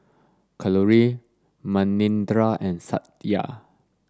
Kalluri Manindra and Satya